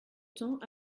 temps